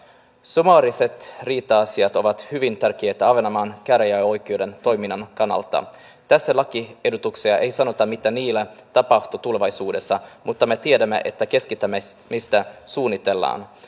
summaariset riita asiat ovat hyvin tärkeitä ahvenanmaan käräjäoikeuden toiminnan kannalta tässä lakiehdotuksessa ei sanota mitä niille tapahtuu tulevaisuudessa mutta me tiedämme että keskittämistä suunnitellaan